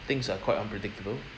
things are quite unpredictable